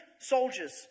soldiers